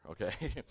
Okay